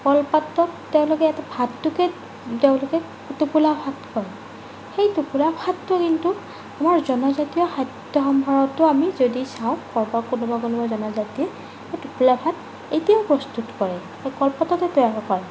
কলপাতত তেওঁলোকে এটা ভাতটোকে তেওঁলোকে টোপোলা ভাত কয় সেই টোপোলা ভাতটো কিন্তু আমাৰ জনজাতীয় খাদ্য সম্ভাৰতো আমি যদি চাওঁ ক'ৰবাত কোনোবা কোনোবা জনজাতিয়ে সেই টোপোলা ভাত এতিয়াও প্ৰস্তুত কৰে কলপাততে তেওঁলোকে কৰে